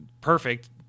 perfect